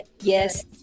Yes